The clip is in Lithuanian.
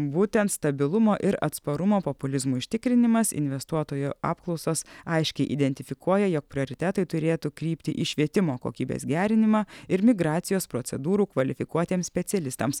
būtent stabilumo ir atsparumo populizmui užtikrinimas investuotojų apklausos aiškiai identifikuoja jog prioritetai turėtų krypti į švietimo kokybės gerinimą ir migracijos procedūrų kvalifikuotiems specialistams